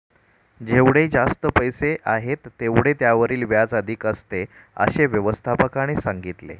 जेवढे जास्त पैसे आहेत, तेवढे त्यावरील व्याज अधिक असते, असे व्यवस्थापकाने सांगितले